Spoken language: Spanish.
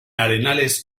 arenales